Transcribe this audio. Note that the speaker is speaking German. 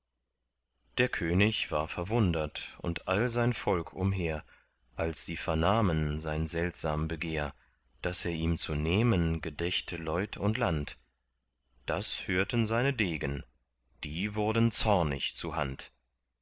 der könig war verwundert und all sein volk umher als sie vernahmen sein seltsam begehr daß er ihm zu nehmen gedächte leut und land das hörten seine degen die wurden zornig zuhand